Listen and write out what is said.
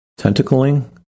tentacling